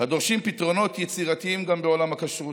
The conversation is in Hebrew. הדורשים פתרונות יצירתיים גם בעולם הכשרות,